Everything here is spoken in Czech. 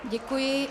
Děkuji.